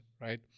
right